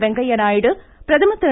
வெங்கையாநாயுடு பிரதமர் திரு